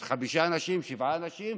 אז חמישה אנשים, שבעה אנשים?